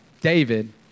David